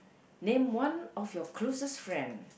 name one of your closest friend